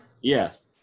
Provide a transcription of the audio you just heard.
Yes